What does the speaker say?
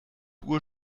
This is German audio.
uhr